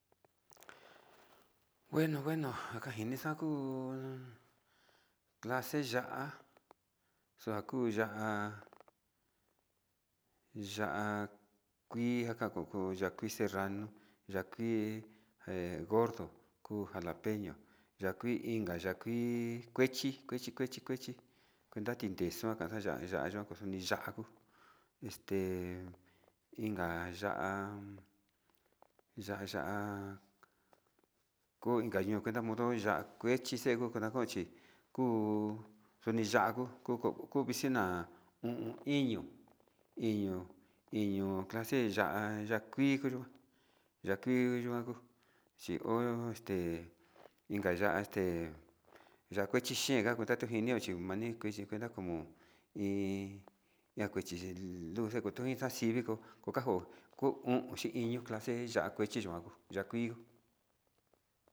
Bueno bueno njakini xa'a kuu clase ya'a xakuu ya'a, ya'a kuii xakoko ya'á kuii serrano ya'a kuii he gordo, kuu jalapeño ya'a kuii inka ya'á kuii kuechi kuechi kuechi, kuenta chin xon ya'a ya'á yokoxoni ya'á kuu este inka ya'á ya'á ya'á ko inka ño'o kuenta ya'a kue chi seco nakonchi kuu kuni ya'á ko kuku ku vixi na'a iño iño iño clase ya'á ya'á kuiyo ya'a kui kunajo chi ho este inka ya'á este ya'a kuechi xhenka inka xhineo este mani kuenta como iin lakuechi luu kuenta xa'a xii kii viko konjako ko'o o'o iño clase si ya'a kuechi ya'a kuii.